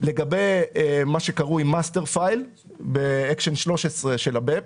לגבי מה שקרוי master file באקשן 13 של ה"BEPS".